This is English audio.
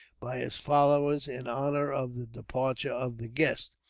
by his followers, in honor of the departure of the guest.